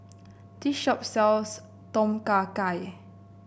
this shop sells Tom Kha Gai